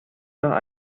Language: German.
nach